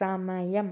സമയം